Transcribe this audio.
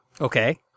Okay